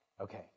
Okay